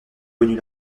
connus